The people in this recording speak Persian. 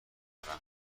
خورم